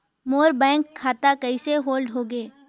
मोर bank खाता कइसे hold होगे?